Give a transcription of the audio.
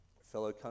fellow